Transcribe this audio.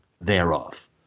thereof